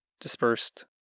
dispersed